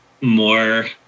more